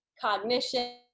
cognition